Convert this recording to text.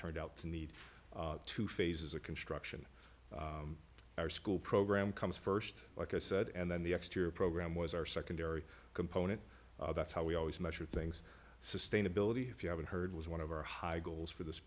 turned out to need two phases of construction our school program comes st like i said and then the next year program was our secondary component that's how we always measure things sustainability if you haven't heard was one of our high goals for this